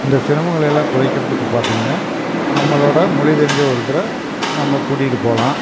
இந்த சிரமங்களை எல்லாம் குறைக்கிறதுக்கு பார்த்திங்கன்னா நம்மளோட மொழி தெரிஞ்ச ஒருத்தரை நம்ம கூட்டிட்டு போகலாம்